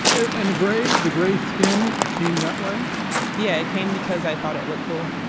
and the gray the gray skin came that way yeah it came because i thought it looked cool.